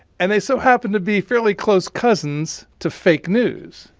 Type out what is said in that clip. and they so happen to be fairly close cousins to fake news.